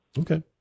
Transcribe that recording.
Okay